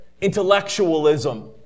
intellectualism